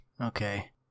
Okay